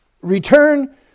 return